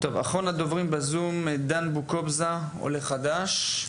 אחרון הדוברים בזום, דן בוקובזה, עולה חדש.